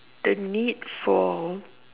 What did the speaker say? the need for